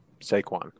Saquon